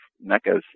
meccas